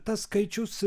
tas skaičius